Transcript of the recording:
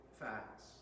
facts